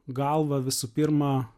galva visų pirma